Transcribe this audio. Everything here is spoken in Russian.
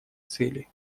цели